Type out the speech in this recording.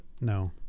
no